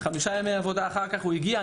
חמישה ימי עבודה אחר כך הוא הגיע.